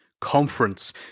conference